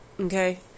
okay